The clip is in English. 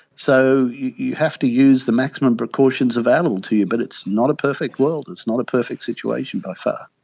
so you have to use the maximum precautions available to you but it's not a perfect world, it's not a perfect situation by far.